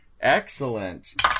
Excellent